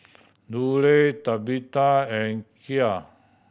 Lulie Tabitha and Kiel